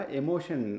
emotion